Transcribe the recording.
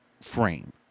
frame